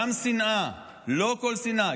גם שנאה, לא כל שנאה.